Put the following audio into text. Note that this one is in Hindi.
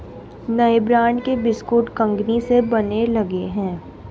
नए ब्रांड के बिस्कुट कंगनी से बनने लगे हैं